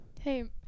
Hey